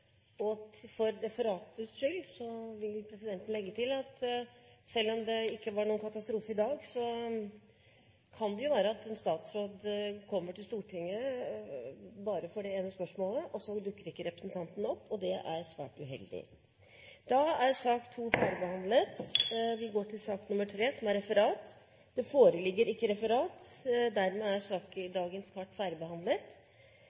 For referatets skyld vil presidenten legge til at selv om det ikke var noen katastrofe i dag, kan det jo være at en statsråd kommer til Stortinget bare for det ene spørsmålet, og så dukker ikke representanten opp. Det er svært uheldig. Da er sak nr. 2 ferdigbehandlet.